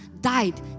died